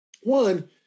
One